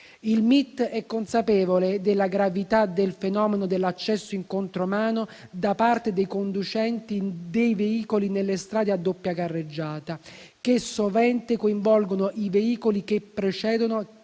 Il MIT è consapevole della gravità del fenomeno dell'accesso in contromano da parte dei conducenti dei veicoli nelle strade a doppia carreggiata, che sovente coinvolgono i veicoli che procedono